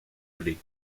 brûler